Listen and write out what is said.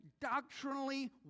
doctrinally